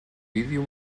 vídeo